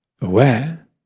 aware